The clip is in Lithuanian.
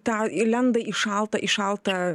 tą į lenda į šaltą į šaltą